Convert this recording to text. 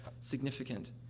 significant